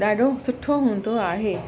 ॾाढो सुठो हूंदो आहे